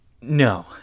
No